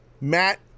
Matt